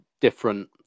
different